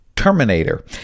Terminator